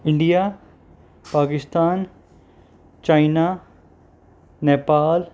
India Pakistan China Nepal